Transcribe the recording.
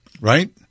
Right